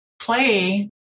play